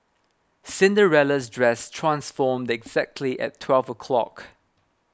Cinderella's dress transformed exactly at twelve o'clock